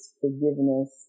forgiveness